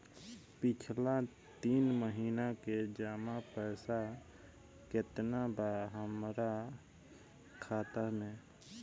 पिछला तीन महीना के जमा पैसा केतना बा हमरा खाता मे?